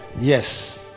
Yes